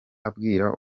abwira